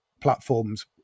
platforms